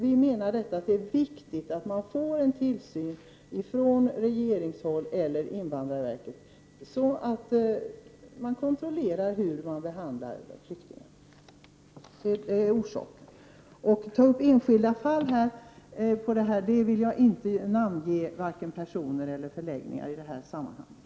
Vi menar att det är viktigt med en tillsyn från regeringen eller invandrarverket för att man skall kunna kontrollera hur flyktingar behandlas. Jag vill i detta sammanhang inte ta upp några enskilda fall eller några enskilda förläggningar.